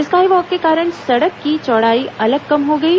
sky walk के कारण सड़क की चौड़ाई अलग कम हो गयी